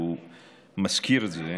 והוא מזכיר את זה.